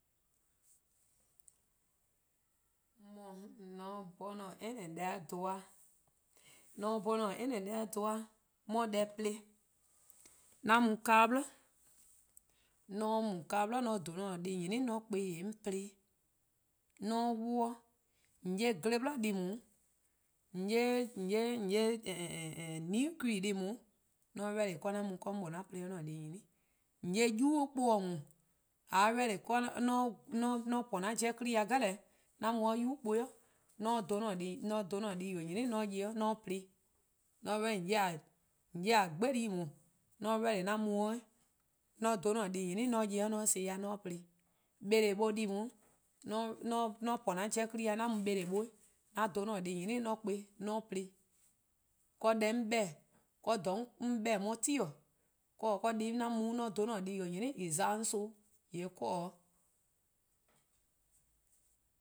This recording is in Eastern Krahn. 'On mor :mor 'an 'bhorn 'an any deh-a dhen-a dih, :mor 'an 'bhorn 'an any deh-a dhen-a 'on 'ye deh plo, 'an m u kaa 'bli, :mor 'on mu :kaa 'bli :mor 'o n dhen-a deh+ 'nyene' :yee' 'on kpa-ih 'onm plo-ih. :mor 'on 'wluh 'de, :yee' 'de gle 'bli 'i deh+ 'i :dao' :yee' 'on 'ye new creet 'i :daa, :mor 'on ready :yee'. 'de 'an mu 'de 'an plo-dih :an-a'a: deh+ :nyene'. :on 'ye 'de yubu' 'kpuh 'i :dao' 'weh :e, :mor :a ready :mor 'on po 'an 'jeh 'kpa+-dih deh 'eh, 'an mu 'de yubu' 'kpuh 'i 'an dhen 'an-a' deh+ :yor nyene' 'an ya-ih 'de 'an plo-ih. :on 'ye 'gbe-di' :daa, :mor 'on ready :yee' 'an mu 'de 'weh 'an dhen 'an-a' deh :nyene' 'an ya-ih 'de 'an san-ih dih 'an plo-ih, bele'-bo 'i deh+ 'i :daa :mor 'on po 'an 'jeh 'kpa+-dih' 'an mu bele:-bo 'weh 'an dhen 'an-a' deh+ :nyene' 'an 'kpa+ 'an plo-ih. Deh 'on 'beh-dih-a, 'do 'dha 'on 'beh-dih 'on 'ye-a ti-dih 'do :wor 'o. :yee' 'de deh+ 'an mu-a-dih 'an dhen-a deh+ :yor :nyene' :en za-dih-a 'on son-' 'de wor 'o.